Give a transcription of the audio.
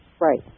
Right